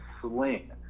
sling